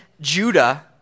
Judah